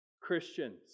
Christians